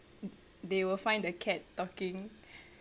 they will find the cat talking